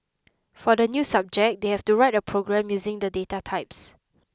for the new subject they have to write a program using the data types